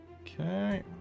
Okay